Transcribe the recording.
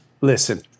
Listen